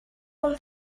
con